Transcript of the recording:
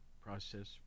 process